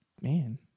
Man